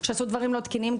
שעשו דברים לא תקינים,